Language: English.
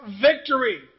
victory